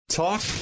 talk